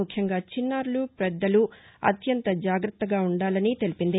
ముఖ్యంగా చిన్నారులు పెద్దలు అత్యంత జాగత్తగా ఉండాలని తెలిపింది